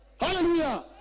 Hallelujah